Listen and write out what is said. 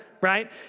right